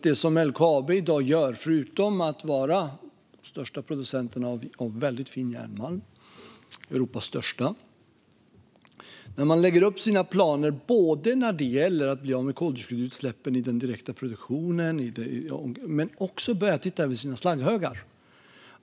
Det som LKAB gör i dag, förutom att vara Europas största producent av fin järnmalm, är att lägga upp planer för att bli av med koldioxididsläppen i den direkta produktionen men också att börja titta över sina slagghögar.